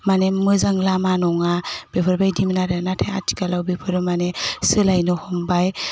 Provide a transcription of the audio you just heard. माने मोजां लामा नङा बेफोर बायदिमोन आरो नाथाय आथिखालाव बेफोरो माने सोलायनो हमबाय